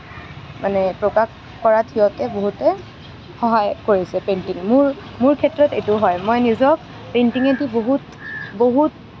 মানে প্ৰকাশ কৰাত সিহঁতে বহুতে সহায় কৰিছে পেইণ্টিঙে মোৰ মোৰ ক্ষেত্ৰত এইটো হয় মই নিজক পেইণ্টিঙেদি বহুত বহুত